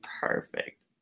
perfect